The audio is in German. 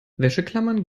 wäscheklammern